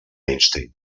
einstein